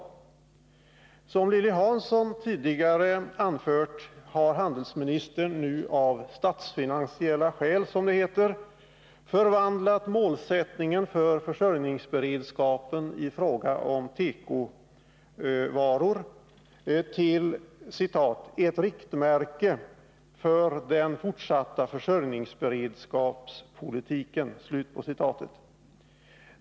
Såsom Lilly Hansson tidigare anfört har handelsministern av statsfinansiella skäl, som det heter, förvandlat målsättningen för försörjningsberedskapen i fråga om tekovaror till ”ett riktmärke för den fortsatta försörjningsberedskapspolitiken”.